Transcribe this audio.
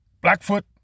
Blackfoot